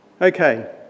Okay